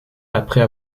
après